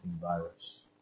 virus